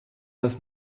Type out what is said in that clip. das